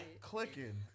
clicking